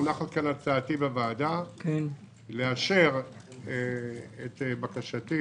מונחת כאן בוועדה הצעתי לאשר את בקשתי